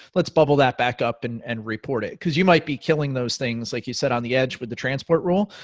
let's bubble that back up and and report it. cause you might be killing those things, like you said, on the edge with the transport rule,